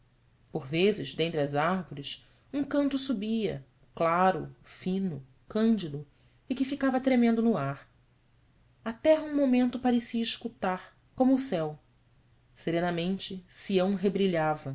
por vezes dentre as árvores um canto subia claro fino cândido e que ficava tremendo no ar a terra um momento parecia escutar como o céu serenamente sião rebrilhava